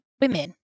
women